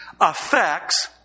affects